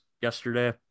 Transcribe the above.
yesterday